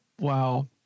Wow